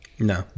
No